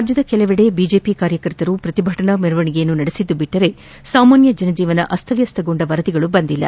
ರಾಜ್ಯದ ಕೆಲವೆಡೆ ಬಿಜೆಪಿ ಕಾರ್ಯಕರ್ತರು ಪ್ರತಿಭಟನಾ ಮೆರವಣಿಗೆಯನ್ನು ನಡೆಸಿದ್ದು ಬಿಟ್ಟರೆ ಸಾಮಾನ್ಯ ಜನಜೀವನ ಅಸ್ತವ್ಯವಸ್ತಗೊಂಡ ವರದಿಗಳು ಬಂದಿಲ್ಲ